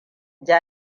da